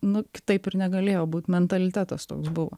nu kitaip ir negalėjo būt mentalitetas toks buvo